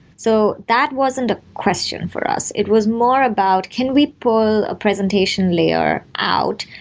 so that wasn't a question for us. it was more about, can we pull a presentation layer out?